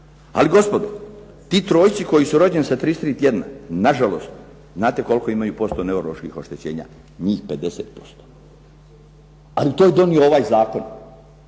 Ali gospodo ti trojci koji su rođeni sa 33 tjedna na žalost, znate koliko imaju posto neuroloških oštećenja? Njih 50%. Ali to je donio ovaj zakon.